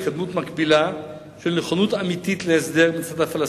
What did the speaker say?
התקדמות מקבילה של נכונות אמיתית להסדר מהצד הפלסטינים.